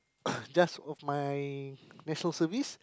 just of my National Service